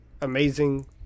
amazing